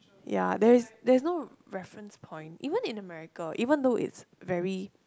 ya there is there's no reference point even in America even though it's very